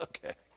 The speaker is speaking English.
Okay